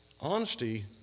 Honesty